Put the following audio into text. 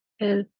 el